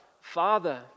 Father